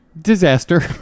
Disaster